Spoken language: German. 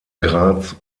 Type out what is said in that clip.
graz